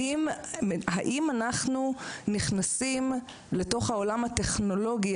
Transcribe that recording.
האם אנחנו נכנסים לתוך העולם הטכנולוגי